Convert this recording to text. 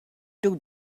took